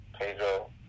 Pedro